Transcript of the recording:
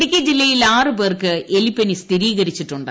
ഇടുക്കി ജില്ലയിൽ ആറ് പേർക്ക് എലിപ്പനി സ്ഥിരീകരിച്ചിട്ടുണ്ട്